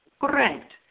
Correct